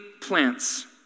plants